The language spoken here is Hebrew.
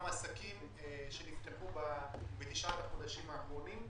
עסקים שנפתחו בתשעת החודשים האחרונים.